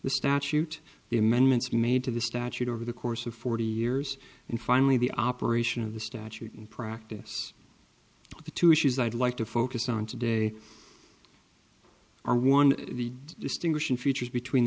the statute the amendments made to the statute over the course of forty years and finally the operation of the statute and practice of the two issues i'd like to focus on today are one of the distinguishing features between